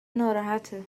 ناراحته